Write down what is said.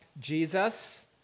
Jesus